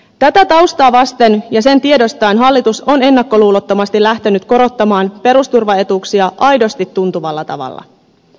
tätä taustaa vasten ja sen tiedostaen hallitus on ennakkoluulottomasti lähtenyt korottamaan perusturvaetuuksia aidosti tuntuvalla tavalla